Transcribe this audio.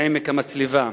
בעמק המצלבה.